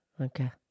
Okay